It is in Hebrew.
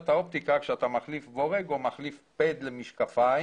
האופטיקה כשאתה מחליף בורג או מחליף פד למשקפיים.